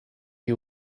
you